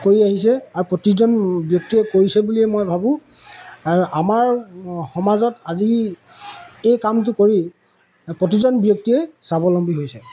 কৰি আহিছে আৰু প্ৰতিজন ব্যক্তিয়ে কৰিছে বুলি মই ভাবো আৰু আমাৰ সমাজত আজি এই কামটো কৰি প্ৰতিজন ব্যক্তিয়েই স্বাৱলম্বী হৈছে